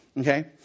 okay